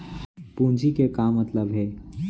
पूंजी के का मतलब हे?